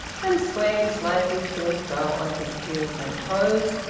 and swaying slightly to and fro on his heels and toes,